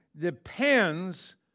depends